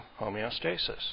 homeostasis